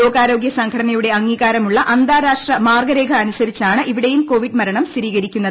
ലോകാരോഗ്യ സംഘടനയുടെ അംഗീകാരമുള്ള അന്താരാഷ്ട്ര മാർഗരേഖ അനുസരിച്ചാണ് ഇവിടെയും കോവിഡ് മരണം സ്ഥിരീകരിക്കുന്നത്